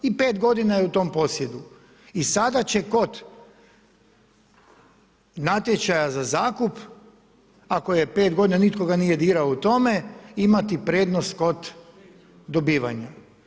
I 5 godina je u tom posjedu i sada će kod natječaja za zakup, ako je 5 godina, nitko ga nije dirao u tome imati prednost kod dobivanja.